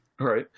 Right